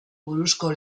buruzko